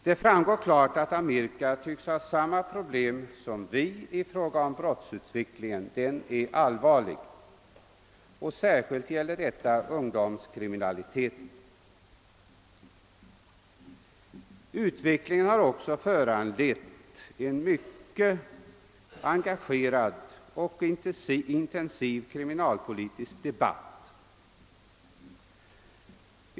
Det framgår klart att Amerika tycks ha samma problem som vi i fråga om brottsutvecklingen. Den är allvarlig; särskilt gäller detta ungdomskriminaliteten. Utvecklingen har också föranlett en mycket engagerad och intensiv kriminalpolitisk debatt.